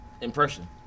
impression